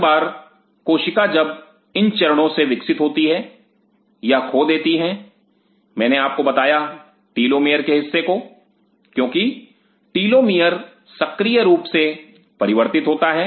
हर बार कोशिका जब इन चरणों से विकसित होती हैं यह खो देती हैं मैंने आपको बताया टीलोमियर के हिस्से को क्योंकि टीलोमियर सक्रिय रूप से परिवर्तित होता है